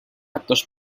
actors